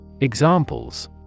Examples